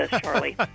Charlie